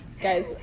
guys